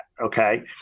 okay